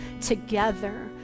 together